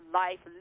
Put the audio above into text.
life